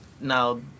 Now